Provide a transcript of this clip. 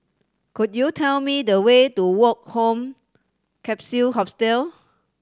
could you tell me the way to Woke Home Capsule Hostel